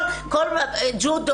ג'ודו,